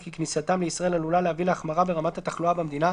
וכי כניסתם לישראל עלולה להביא להחמרה ברמת התחלואה במדינה,